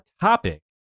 topic